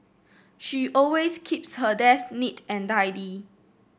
she always keeps her desk neat and tidy